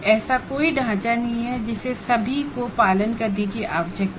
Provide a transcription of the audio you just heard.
ऐसा कोई फ्रेमवर्क नहीं है जिसे सभी को पालन करने की आवश्यकता हो